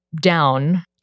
down